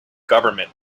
government